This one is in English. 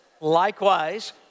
likewise